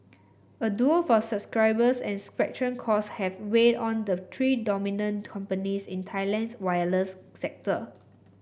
a duel for subscribers and spectrum costs have weighed on the three dominant companies in Thailand's wireless sector